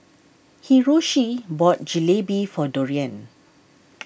Hiroshi bought Jalebi for Dorian